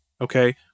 okay